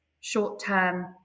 short-term